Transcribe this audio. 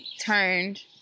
turned